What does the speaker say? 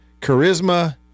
charisma